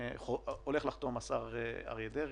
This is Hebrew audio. עומד לחתום השר דרעי.